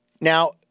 Now